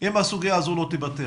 אם הסוגיה הזו לא תיפתר.